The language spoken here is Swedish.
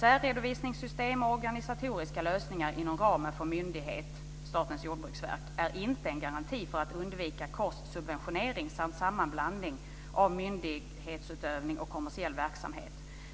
"Särredovisningssystem och organisatoriska lösningar inom ramen för myndighet" - Statens jordbruksverk -"är inte en garanti för att undvika korssubventionering samt sammanblandning av myndighetsutövning och kommersiell verksamhet.